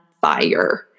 fire